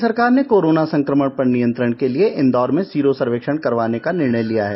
राज्य सरकार ने कोरोना संक्रमण पर नियंत्रण के लिए इंदौर में सीरो सर्वेक्षण करवाने का निर्णय लिया है